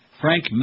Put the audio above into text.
Frank